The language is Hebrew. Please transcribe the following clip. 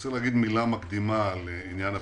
רוצה להגיד מילה מקדימה לעניין הפריפריה.